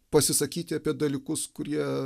pasisakyti apie dalykus kurie